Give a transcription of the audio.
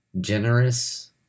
generous